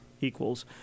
equals